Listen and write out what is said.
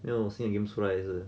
还是是严出来是